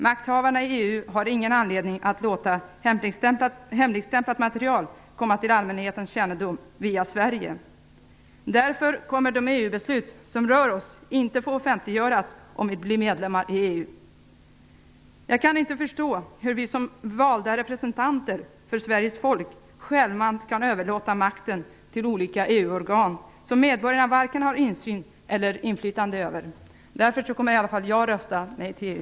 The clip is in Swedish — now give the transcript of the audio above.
Makthavarna i EU har ingen anledning att låta hemligstämplat material komma till allmänhetens kännedom via Sverige. Därför kommer inte de EU-beslut som rör oss att få offentliggöras om vi blir medlemmar i EU. Jag kan inte förstå hur vi som valda representanter för Sveriges folk självmant kan överlåta makten till olika EU-organ som medborgarna har varken insyn i eller inflytande över. Därför kommer i alla fall jag att rösta nej till EU.